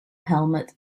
helmet